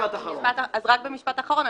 במשפט אחרון.